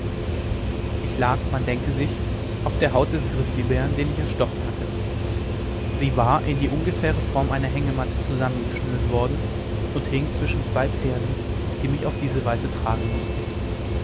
ich lag man denke sich auf der haut des grizzlybären den ich erstochen hatte sie war in die ungefähre form einer hängematte zusammengeschnürt worden und hing zwischen zwei pferden die mich auf diese weise tragen mußten